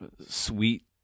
sweet